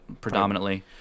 predominantly